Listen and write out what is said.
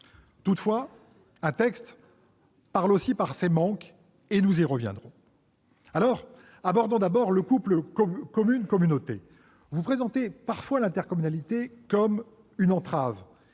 lèvres. Un texte parle aussi par ses manques ; nous y reviendrons. Abordons d'abord le couple communes-communauté. Vous présentez parfois l'intercommunalité comme une entrave